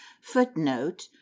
Footnote